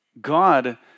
God